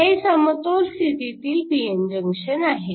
हे समतोल स्थितीतील p n जंक्शन आहे